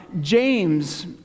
James